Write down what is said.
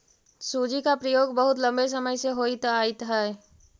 सूजी का प्रयोग बहुत लंबे समय से होइत आयित हई